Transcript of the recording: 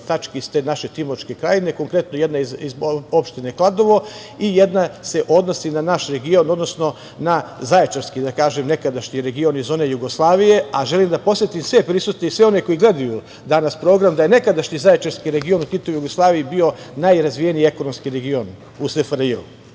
tačke iz te naše Timočke krajine, konkretno jedna iz opštine Kladovo i jedna se odnosi na naš region, odnosno na Zaječarski nekadašnji region iz one Jugoslavije. Želim da podsetim sve prisutne i sve one koji gledaju danas program da je nekadašnji Zaječarski region u Titovoj Jugoslaviji bio najrazvijeniji ekonomski region u SFRJ.E,